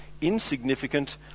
insignificant